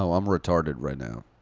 so i'm retarded right now.